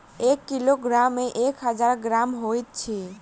एक किलोग्राम मे एक हजार ग्राम होइत अछि